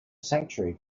sanctuary